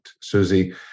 Susie